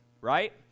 Right